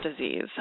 disease